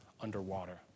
underwater